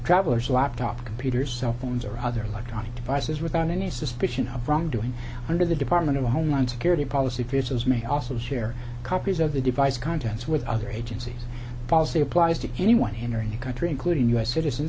travelers laptop computers cell phones or other electronic devices without any suspicion of wrongdoing under the department of homeland security policy faces may also share copies of the device contents with other agencies policy applies to anyone entering the country including u s citizen